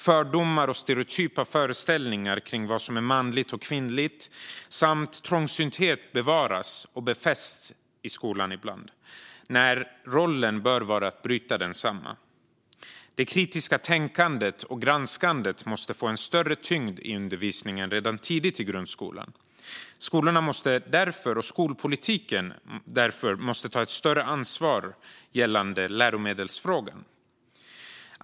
Fördomar och stereotypa föreställningar om vad som är manligt och kvinnligt samt trångsynthet bevaras och befästs ibland i skolan när dess roll borde vara att bryta desamma. Det kritiska tänkandet och granskandet måste få större tyngd i undervisningen redan tidigt i grundskolan. Skolpolitiken måste därför ta ett större ansvar gällande läromedelsfrågan.